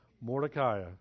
Mordecai